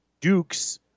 Dukes